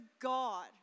God